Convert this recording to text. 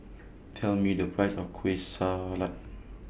Tell Me The Price of Kueh Salat